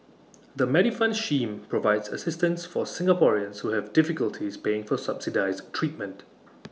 the Medifund scheme provides assistance for Singaporeans who have difficulties paying for subsidized treatment